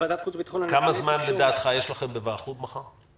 בוועדת חוץ וביטחון --- כמה זמן לדעתך יש לכם בוועחו"ב מחר?